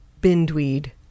bindweed